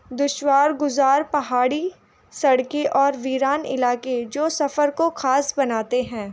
دشوار گزار پہاڑی سڑکیں اور ویران علاقے جو سفر کو خاص بناتے ہیں